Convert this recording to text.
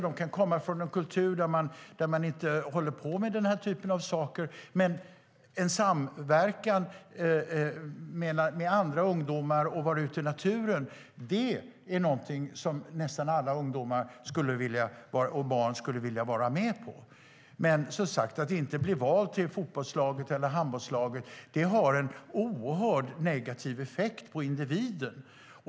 De kan komma från en kultur där man inte håller på med den här typen av aktiviteter. Men att komma ut i naturen i samverkan med andra ungdomar och barn kan nästan alla vara med på. Men, som sagt, att inte bli vald till fotbollslaget eller handbollslaget har en oerhört negativ effekt på individen.